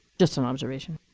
just an observation.